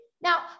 Now